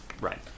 Right